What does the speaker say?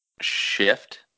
shift